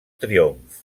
triomf